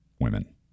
women